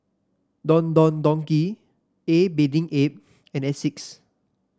Don Don Donki A Bathing Ape and Asics